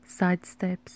sidesteps